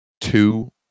two